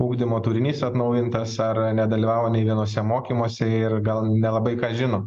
ugdymo turinys atnaujintas ar nedalyvavo nei vienuose mokymuose ir gal nelabai ką žino